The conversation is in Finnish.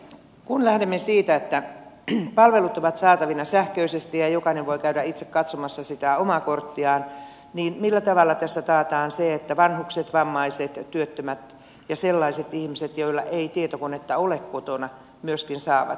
kun lähdemme siitä että palvelut ovat saatavina sähköisesti ja jokainen voi käydä itse katsomassa sitä omaa korttiaan niin millä tavalla tässä taataan se että vanhukset vammaiset työttömät ja sellaiset ihmiset joilla ei tietokonetta ole kotona myöskin saavat sen